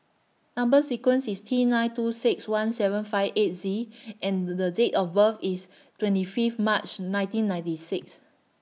Number sequence IS T nine two six one seven five eight Z and The Date of birth IS twenty Fifth March nineteen ninety six